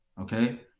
Okay